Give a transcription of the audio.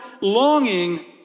longing